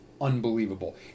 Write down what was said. unbelievable